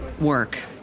work